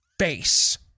face